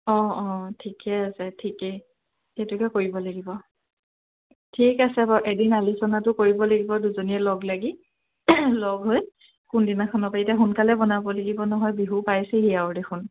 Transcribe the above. অঁ অঁ ঠিকে আছে ঠিকেই সেইটোকে কৰিব লাগিব ঠিক আছে বাৰু এদিন আলোচনাটো কৰিব লাগিব দুয়োজনীয়ে লগ লাগি লগ হৈ কোনদিনাখনৰপৰা এতিয়া সোনকালে বনাব লাগিব নহয় বিহু পাইছেহি আৰু দেখোন